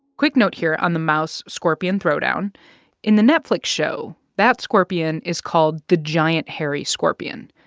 quick note here on the mouse-scorpion throwdown in the netflix show, that scorpion is called the giant hairy scorpion.